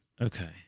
Okay